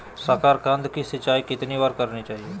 साकारकंद की सिंचाई कितनी बार करनी चाहिए?